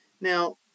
Now